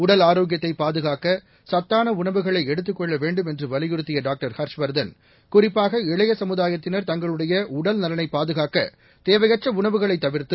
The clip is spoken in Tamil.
உடல் ஆரோக்கியத்தை பாதுகாக்க சத்தான உணவுகளை எடுத்துக் கொள்ள வேண்டும் என்று வலியுறுத்திய டாக்டர் ஹர்ஷ்வர்தன் குறிப்பாக இளைய சமுதாயத்தினர் தங்களுடைய உடல் நலனை பாதுகாக்க தேவையற்ற உணவுகளை தவிர்த்து